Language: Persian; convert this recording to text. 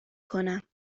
کنم